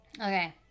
Okay